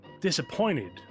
disappointed